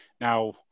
now